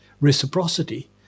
reciprocity